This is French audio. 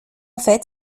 fait